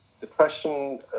Depression